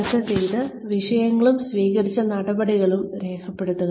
ചർച്ച ചെയ്ത വിഷയങ്ങളും സ്വീകരിച്ച നടപടികളും രേഖപ്പെടുത്തുക